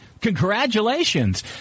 Congratulations